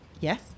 yes